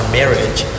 marriage